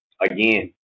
again